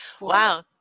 Wow